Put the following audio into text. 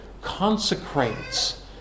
consecrates